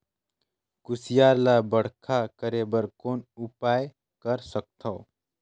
कुसियार ल बड़खा करे बर कौन उपाय कर सकथव?